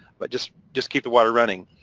but just just keep the water running.